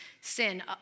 sin